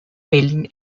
fällen